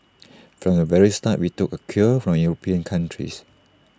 from the very start we took A cue from european countries